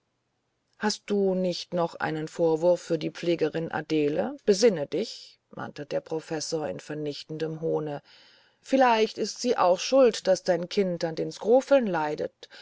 hast du nicht noch einen vorwurf für die pflegerin adele besinne dich mahnte der professor in vernichtendem hohne vielleicht ist sie auch schuld daß dein kind an den skropheln leidet